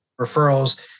referrals